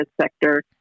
sector